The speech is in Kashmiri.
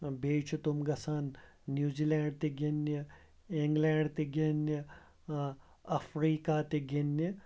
بیٚیہِ چھِ تِم گژھان نِوزِلینٛڈ تہِ گِنٛدنہِ اِںٛگلینٛڈ تہِ گِںٛدنہِ اَفریٖکا تہِ گِنٛدنہِ